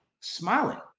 smiling